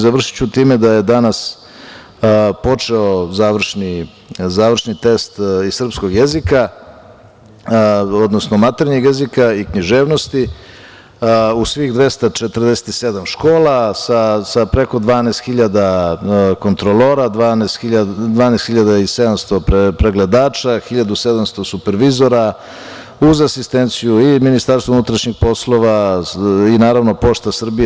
Završiću time da je danas počeo završni test iz srpskog jezika, odnosno maternjeg jezika i književnosti u svih 247 škola sa preko 12.000 kontrolora, 12.700 pregledača, 1.700 supervizora, uz asistenciju i MUP-a i naravno, „Pošta Srbije“